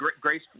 grace